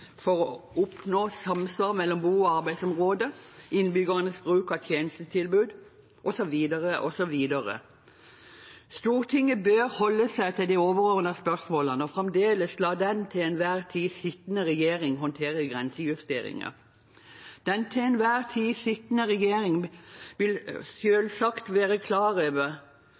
for å oppnå samsvar mellom bo- og arbeidsområde, innbyggernes bruk av tjenestetilbud, osv., osv. Stortinget bør holde seg til de overordnede spørsmålene og fremdeles la den til enhver tid sittende regjering håndtere grensejusteringer. Den til enhver tid sittende regjering vil selvsagt være klar over